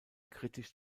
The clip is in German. kritisch